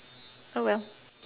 oh well